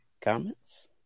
comments